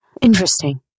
Interesting